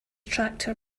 tractor